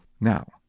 Now